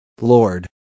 Lord